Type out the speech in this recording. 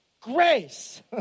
grace